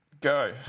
Go